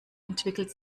entwickelt